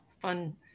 fun